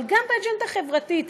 אבל גם באג'נדה חברתית.